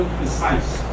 precise